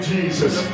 Jesus